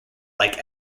like